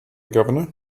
governor